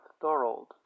Thorold